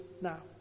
now